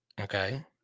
Okay